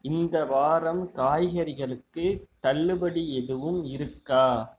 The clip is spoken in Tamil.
இந்த வாரம் காய்கறிகளுக்கு தள்ளுபடி எதுவும் இருக்கா